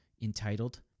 entitled